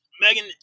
Megan